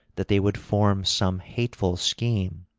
that they would form some hateful scheme,